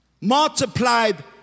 multiplied